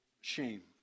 shame